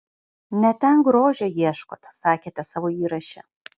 ne ten grožio ieškot sakėte savo įraše